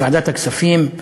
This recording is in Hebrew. בוועדת הכספים,